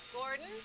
Gordon